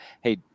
hey